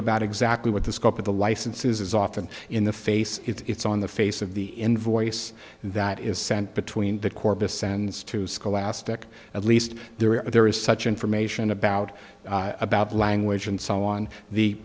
about exactly what the scope of the licenses is often in the face it's on the face of the invoice that is sent between the corbis sends to scholastic at least there there is such information about about language and so on the